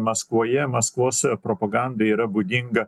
maskvoje maskvos propagandai yra būdinga